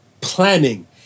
planning